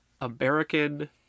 American